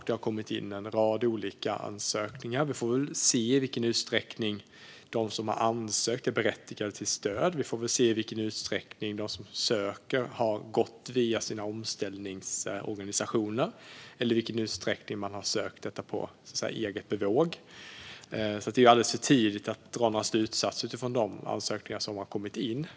Det har kommit in en rad olika ansökningar. Vi får se i vilken utsträckning de som har ansökt är berättigade till stöd. Vi får också se i vilken utsträckning de som söker har gått via sina omställningsorganisationer respektive sökt stödet på eget bevåg. Det är alldeles för tidigt att dra några slutsatser av de ansökningar som kommit in.